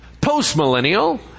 postmillennial